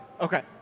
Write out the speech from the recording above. Okay